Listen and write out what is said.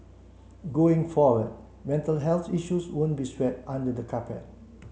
going forward mental health issues won't be swept under the carpet